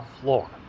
floor